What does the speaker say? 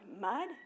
mud